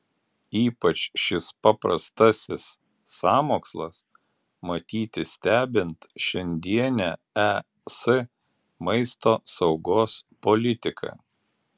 ypač šis paprastasis sąmokslas matyti stebint šiandienę es maisto saugos politiką